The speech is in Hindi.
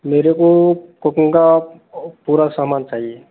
मेरे को कुकिंग का पूरा सामान चाहिए